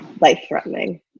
life-threatening